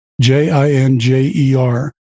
J-I-N-J-E-R